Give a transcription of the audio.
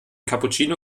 cappuccino